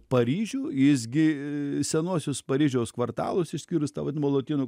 paryžių jis gi senuosius paryžiaus kvartalus išskyrus tą vadinamą lotynų